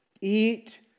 eat